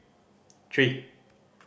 three